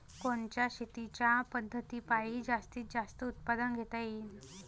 कोनच्या शेतीच्या पद्धतीपायी जास्तीत जास्त उत्पादन घेता येईल?